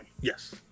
Yes